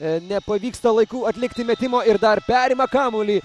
nepavyksta laiku atlikti metimo ir dar perima kamuolį